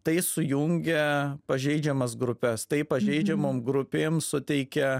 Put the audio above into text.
tai sujungia pažeidžiamas grupes tai pažeidžiamom grupėm suteikia